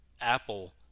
Apple